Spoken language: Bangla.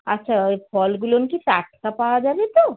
আচ্ছা ওই ফলগুলো কি টাটকা পাওয়া যাবে তো